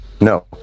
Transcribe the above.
No